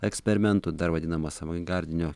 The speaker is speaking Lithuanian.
eksperimentų dar vadinamas avangardinio